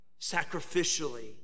sacrificially